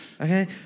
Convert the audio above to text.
okay